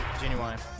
Genuine